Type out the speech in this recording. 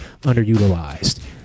underutilized